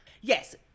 Yes